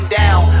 down